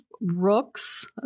Rooks